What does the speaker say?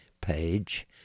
page